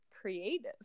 creative